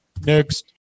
Next